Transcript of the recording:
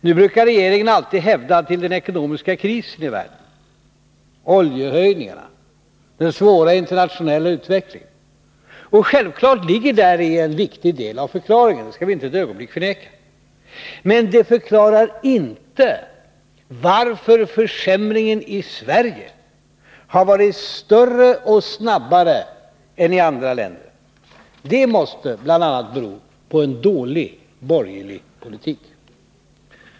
Nu brukar regeringen alltid hänvisa till den ekonomiska krisen i världen, oljeprishöjningarna och den svåra internationella utvecklingen. Självklart ligger däri en viktig del av förklaringen — det skall vi inte för ett ögonblick förneka— men det förklarar inte varför försämringen i Sverige har varit större och snabbare än i andra länder. Det måste bl.a. bero på en dålig borgerlig politik.